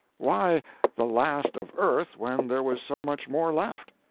why the last of earth when there was so much more left?